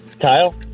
Kyle